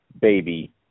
baby